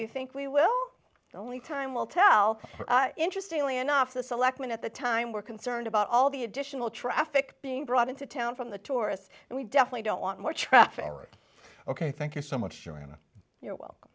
you think we will only time will tell interestingly enough the selectmen at the time we're concerned about all the additional traffic being brought into town from the tourists and we definitely don't want more traffic ok thank you so much